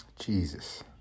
Jesus